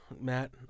Matt